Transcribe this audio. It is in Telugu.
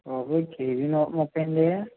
బాబోయ్ కేజీ నూటముప్పై అండి